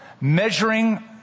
measuring